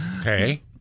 Okay